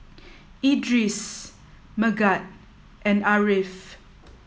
Idris Megat and Ariff